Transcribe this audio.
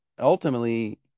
ultimately